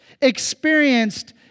experienced